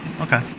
okay